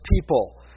people